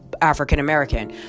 African-American